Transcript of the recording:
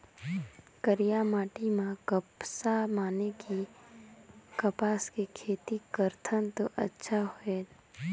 करिया माटी म कपसा माने कि कपास के खेती करथन तो अच्छा होयल?